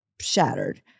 shattered